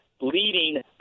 leading